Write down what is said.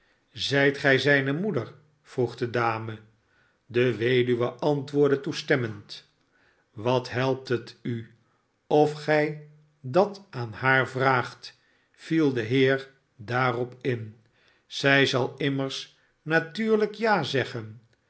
zit gij zijne moeder vroeg de dame de weduwe antwoordde toestemmend wat helpt het u of gij dat aan haar vraagt n de heer in zij zal immers natuurlijk ja zeggen